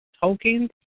tokens